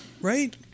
right